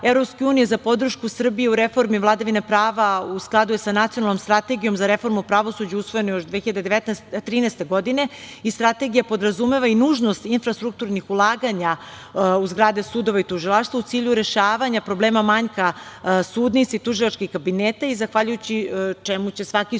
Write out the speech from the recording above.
EU za podršku Srbiji u reformi vladavine prava u skladu je sa Nacionalnom strategijom za reformu pravosuđa usvojene još 2013. godine i strategija podrazumeva i nužnost infrastrukturnih ulaganja u zgrade sudova i tužilaštva, u cilju rešavanja problema manjka sudnica i tužilačkih kabineta, zahvaljujući čemu će svaki sudija